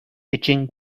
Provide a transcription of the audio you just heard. itching